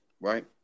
right